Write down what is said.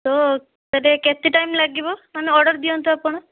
ତ କେତେ ଟାଇମ୍ ଲାଗିବ ମାନେ ଅର୍ଡ଼ର୍ ଦିଅନ୍ତୁ ଆପଣ